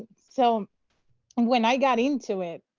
so when i got into it,